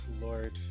Lord